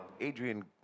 Adrian